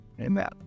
Amen